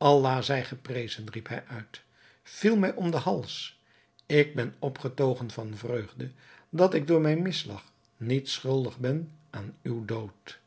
allah zij geprezen riep hij uit viel mij om den hals ik ben opgetogen van vreugde dat ik door mijn misslag niet schuldig ben aan uw dood